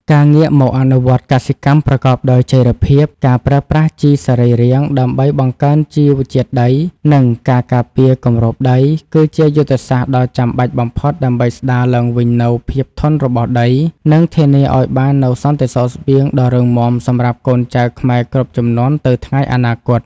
ការងាកមកអនុវត្តកសិកម្មប្រកបដោយចីរភាព ការប្រើប្រាស់ជីសរីរាង្គដើម្បីបង្កើនជីវជាតិដី និងការការពារគម្របដី គឺជាយុទ្ធសាស្ត្រដ៏ចាំបាច់បំផុតដើម្បីស្ដារឡើងវិញនូវ ភាពធន់របស់ដី និងធានាឱ្យបាននូវសន្តិសុខស្បៀងដ៏រឹងមាំសម្រាប់កូនចៅខ្មែរគ្រប់ជំនាន់ទៅថ្ងៃអនាគត។